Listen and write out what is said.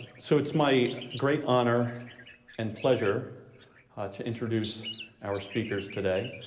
so it's my great honor and pleasure to introduce our speakers today